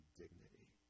dignity